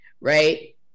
right